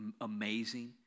amazing